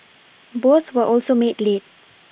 both were also made late